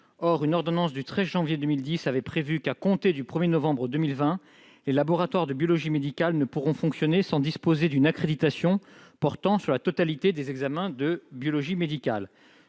Or une ordonnance du 13 janvier 2010 avait prévu qu'à compter du 1 novembre 2020 les laboratoires de biologie médicale ne pourraient fonctionner sans disposer d'une accréditation portant sur la totalité des examens de biologie médicale.